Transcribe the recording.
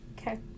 okay